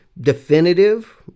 definitive